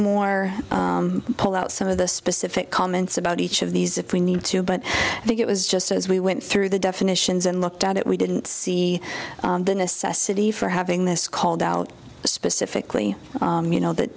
more pull out some of the specific comments about each of these if we need to but i think it was just as we went through the definitions and looked at it we didn't see the necessity for having this called out specifically you know th